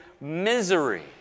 misery